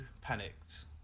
panicked